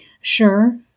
Sure